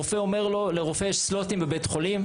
רופא אומר לו, לרופא יש סלוטים בבתי חולים.